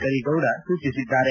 ಕರೀಗೌಡ ಸೂಚಿಸಿದ್ದಾರೆ